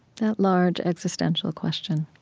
that large, existential question